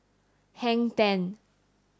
Hang Ten